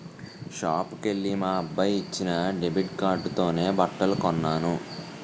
షాపుకెల్లి మా అబ్బాయి ఇచ్చిన డెబిట్ కార్డుతోనే బట్టలు కొన్నాను